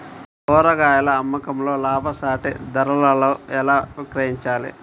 కూరగాయాల అమ్మకంలో లాభసాటి ధరలలో ఎలా విక్రయించాలి?